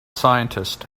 scientist